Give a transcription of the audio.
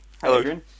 Hello